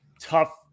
tough